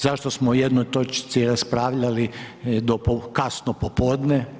Zašto smo o jednoj točci raspravljali do kasno popodne?